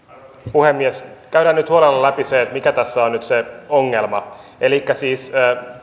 puhemies käydään nyt huolella läpi se mikä tässä on nyt se ongelma